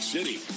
City